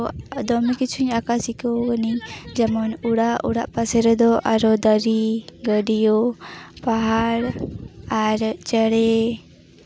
ᱟᱨᱚ ᱫᱚᱢᱮ ᱠᱤᱪᱷᱩ ᱟᱸᱠᱟᱣ ᱥᱤᱠᱷᱟᱹᱣ ᱟᱹᱱᱤᱡ ᱡᱮᱢᱚᱱ ᱚᱲᱟᱜ ᱚᱲᱟᱜ ᱯᱟᱥᱮ ᱨᱮᱫᱚ ᱟᱨᱚ ᱫᱟᱨᱮ ᱜᱟᱹᱰᱭᱟᱹ ᱯᱟᱦᱟᱲ ᱟᱨ ᱪᱮᱬᱮ